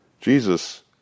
Jesus